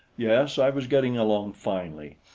yes, i was getting along finely,